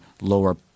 lower